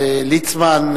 ליצמן,